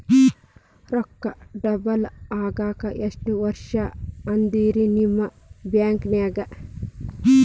ರೊಕ್ಕ ಡಬಲ್ ಆಗಾಕ ಎಷ್ಟ ವರ್ಷಾ ಅದ ರಿ ನಿಮ್ಮ ಬ್ಯಾಂಕಿನ್ಯಾಗ?